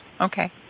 Okay